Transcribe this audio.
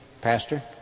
pastor